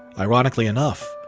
ironically enough,